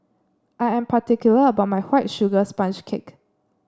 I am particular about my White Sugar Sponge Cake